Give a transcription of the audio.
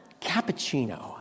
cappuccino